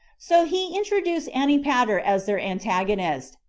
so he introduced antipater as their antagonist,